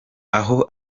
aho